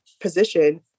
position